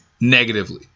negatively